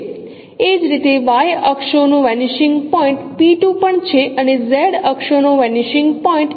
એ જ રીતે વાય અક્ષોનો વેનીશિંગ પોઇન્ટ પણ છે અને Z અક્ષોનો વેનીશિંગ પોઇન્ટ છે